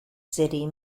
city